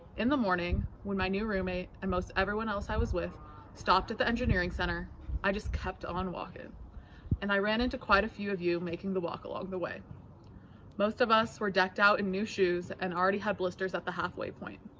in the morning when my new roommate and most everyone else i was with stopped at the engineering center i just kept on walking and i ran into quite a few of you making the walk. along the way most of us were decked out in new shoes and already had blisters at the halfway point